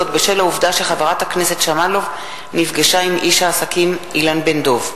זאת בשל העובדה שחברת הכנסת שמאלוב נפגשה עם איש העסקים אילן בן-דב.